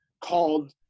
called